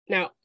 Now